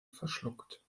verschluckt